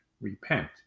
repent